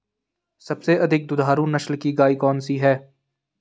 सबसे अधिक दुधारू नस्ल की गाय कौन सी है?